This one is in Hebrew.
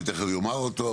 אני תכף אומר אותו.